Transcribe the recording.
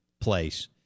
Place